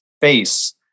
face